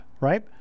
right